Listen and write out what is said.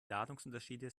ladungsunterschiede